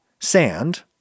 sand